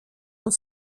und